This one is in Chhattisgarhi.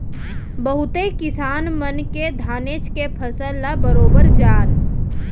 बहुते किसान मन के धानेच के फसल ल बरोबर जान